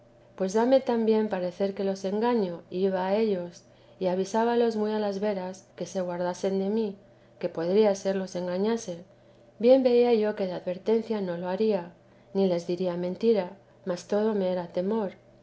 dame también parecer que los engaño iba a ellos y avisábalos muy a las veras que se guardasen de mí que podría ser los engañase bien veía yo que de advertencia no lo haría ni les diría mentira mas todo me era temor